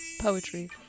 Poetry